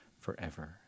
forever